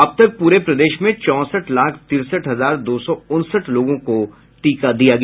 अब तक पूरे प्रदेश में चौसठ लाख तिरसठ हजार दो सौ उनसठ लोगों को टीका दिया गया